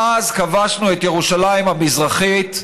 מאז כבשנו את ירושלים המזרחית,